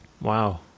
Wow